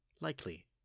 Likely